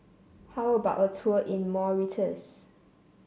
how about a tour in Mauritius